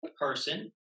person